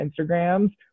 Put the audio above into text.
Instagrams